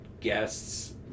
guests